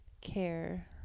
Care